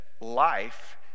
life